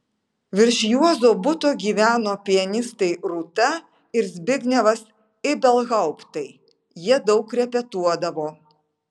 virš juozo buto gyveno pianistai rūta ir zbignevas ibelhauptai jie daug repetuodavo